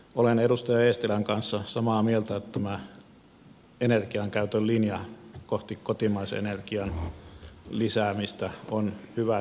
olen edustaja eestilän kanssa samaa mieltä että tämä energiankäytön linja kohti kotimaisen energian lisäämistä on hyvä suunta